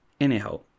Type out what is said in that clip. Anyhow